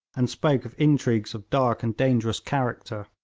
and spoke of intrigues of dark and dangerous character.